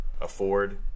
afford